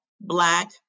Black